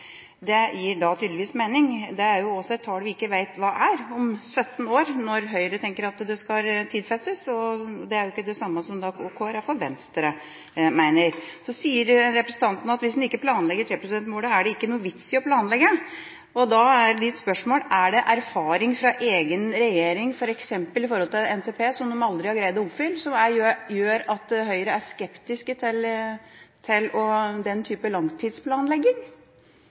det gir tydeligvis mening. Det er også et tall vi ikke vet hva er om 17 år, når Høyre tenker at det skal tidfestes, og det er ikke det samme som Kristelig Folkeparti og Venstre mener. Så sier representanten at hvis en ikke planlegger 3 pst.-målet, er det ikke noen vits å planlegge. Da er mitt spørsmål: Er det erfaring fra egen regjering, f.eks. med tanke på NTP som de aldri har klart å oppfylle, som gjøre at Høyre er skeptiske til den typen langtidsplanlegging? Nå ble jeg litt usikker på om Høyre ble kritisert for både å være opptatt av langtidsplanlegging,